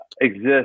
exist